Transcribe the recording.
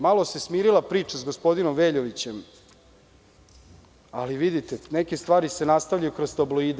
Malo se smirila priča sa gospodinom Veljovićem, ali neke stvari se nastavljaju kroz tabloide.